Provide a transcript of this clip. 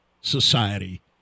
society